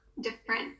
different